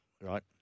right